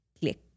click